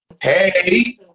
Hey